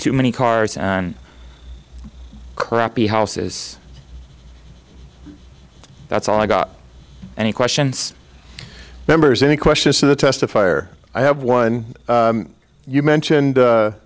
too many cars and crappy houses that's all i got any questions members any questions so the testifier i have one you mentioned